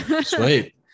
Sweet